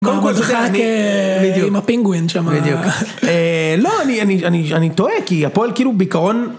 קודם כל זוכר אני עם הפינגווין שם, לא אני טועה כי הפועל כאילו בעיקרון